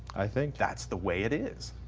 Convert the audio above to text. i think. that's the way it is.